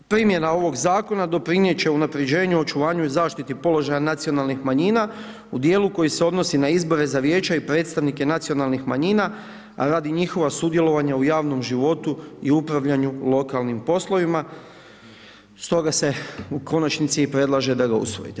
Dakle, primjena ovog zakona doprinijet će unapređenju, očuvanju i zaštiti položaja nacionalnih manjina u dijelu koji se odnosi na izbore za vijeća i predstavnike nacionalnih manjina radi njihova sudjelovanja u javnom životu i upravljanju lokalnim poslovima, stoga se u konačnici i predlaže da ga usvojite.